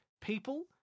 people